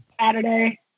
saturday